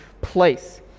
place